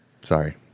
Sorry